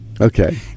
okay